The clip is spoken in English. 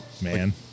man